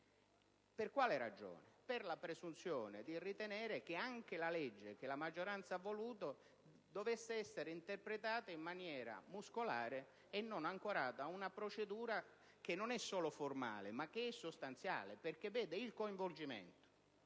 Per quale ragione? Per la presunzione di ritenere che anche la legge che la maggioranza ha voluto dovesse essere interpretata in maniera muscolare, e non ancorata ad una procedura che non è solo formale, ma è anche sostanziale. Tale procedura, infatti,